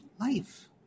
life